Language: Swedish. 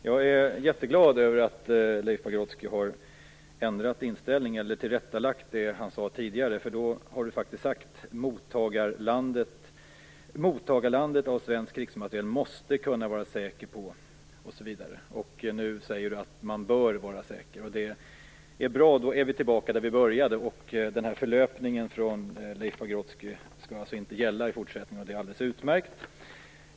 Herr talman! Jag är glad att Leif Pagrotsky har ändrat inställning, eller tillrättalagt det han sade tidigare. Då sade han faktiskt att man i mottagarlandet som köper svenskt krigsmateriel måste kunna vara säker osv. Nu säger han att man bör kunna vara säker. Det är bra. Då är vi tillbaka där vi började, och den här förlöpningen från Leif Pagrotskys sida skall inte gälla i fortsättningen. Det är alldeles utmärkt.